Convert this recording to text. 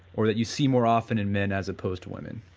or that you see more often in men as opposed to women?